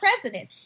president